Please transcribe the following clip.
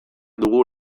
dugu